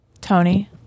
Tony